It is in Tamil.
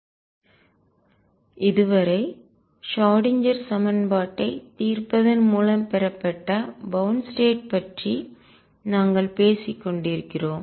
பிரீ பார்ட்டிக்கல் துகள்கள் மற்றும் குறிப்பிட்ட கால எல்லை நிலைகளுக்கான ஷ்ரோடிங்கர் சமன்பாட்டின் தீர்வு இதுவரை ஷ்ராடின்ஜெர் சமன்பாட்டைத் தீர்ப்பதன் மூலம் பெறப்பட்ட பவுண்ட் ஸ்டேட் பற்றி நாங்கள் பேசிக்கொண்டிருக்கிறோம்